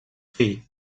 fill